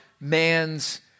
man's